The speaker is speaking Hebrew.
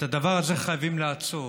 את הדבר הזה חייבים לעצור.